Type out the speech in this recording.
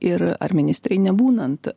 ir ar ministrei nebūnant